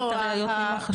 קיבלנו את הראיות ממח"ש.